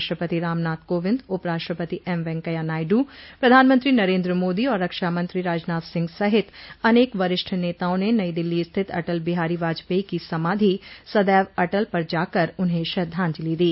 राष्ट्रपति रामनाथ कोविंद उपराष्ट्रपति एम वेंकैया नायडू प्रधानमंत्री नरेन्द्र मोदी और रक्षा मंत्री राजनाथ सिंह सहित अनेक वरिष्ठ नेताओं ने नई दिल्ली स्थित अटल बिहारी वाजपेयी को समाधि सदैव अटल पर जाकर उन्हें श्रद्धांजलि दी